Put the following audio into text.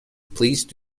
please